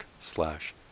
slash